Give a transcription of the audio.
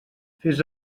fes